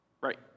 Right